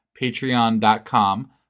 patreon.com